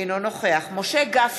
אינו נוכח משה גפני,